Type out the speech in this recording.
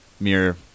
mere